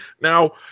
Now